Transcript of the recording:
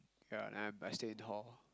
yeah and I stay in hall